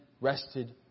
rested